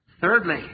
Thirdly